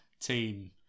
team